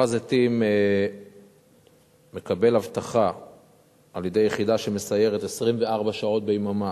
הר-הזיתים מקבל אבטחה על-ידי יחידה שמסיירת 24 שעות ביממה,